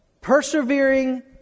persevering